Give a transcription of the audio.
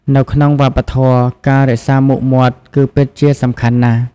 នៅក្នុងវប្បធម៌ ការរក្សាមុខមាត់គឺពិតជាសំខាន់ណាស់។